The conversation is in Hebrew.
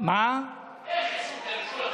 איך הרשו לכם?